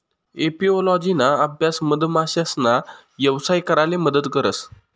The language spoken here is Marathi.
एपिओलोजिना अभ्यास मधमाशासना यवसाय कराले मदत करस